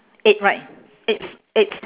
eight right eight s~ eight s~